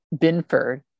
Binford